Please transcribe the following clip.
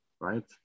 right